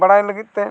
ᱵᱟᱲᱟᱭ ᱞᱟᱹᱜᱤᱫᱛᱮ